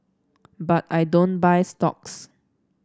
but I don't buy stocks